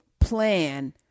plan